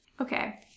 okay